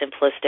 simplistic